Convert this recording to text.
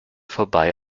vorbei